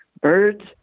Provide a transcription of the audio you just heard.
birds